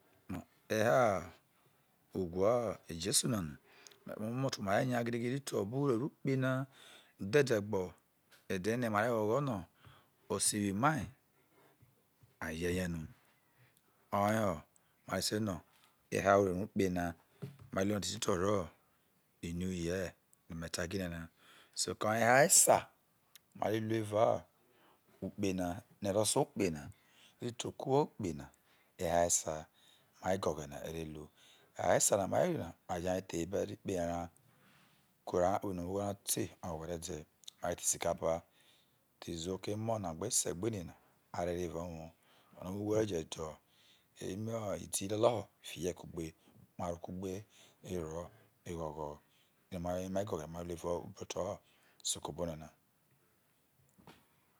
Eha ugwo ijesu na no omomo to ma re nya gidi gidi re te obo urere ukpe na udho ede gbo ede ene mare ghogho no osiwi mai a ye ye no oye ho mare se na eha utero ukpe na mare lu no o te ti to ori new year oye me ta gine na koya ho eha esa ma lu evao ukpe na no ede ososuo ukpe na eha esa mai egoghene mare lu eha esa na mare lu na ma re ja ye the ebe koe era koware koware no ugho ra te oye were de mare the isi ka pa rid the iziwo ke emi na gbe ese gbe inu na a re re eva uwo eno iwi ugho are je de emi udi loloho fiho evao uwo je kugbe ma re kugbe ro evao ekwoto isoko obo ne na